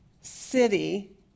city